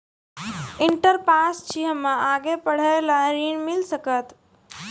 Inter pass छी हम्मे आगे पढ़े ला ऋण मिल सकत?